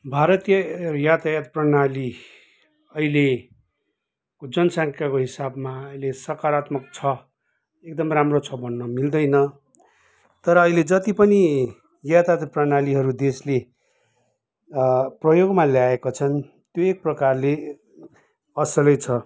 भारतीय यातायात प्रणाली अहिले जनसङ्ख्याको हिसाबमा अहिले सकारात्मक छ एकदम राम्रो छ भन्न मिल्दैन तर अहिले जति पनि यातायात प्रणालीहरू देशले प्रयोगमा ल्याए को छन् त्यही प्रकारले असलै छ